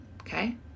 Okay